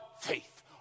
faith